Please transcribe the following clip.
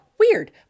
weird